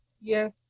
Yes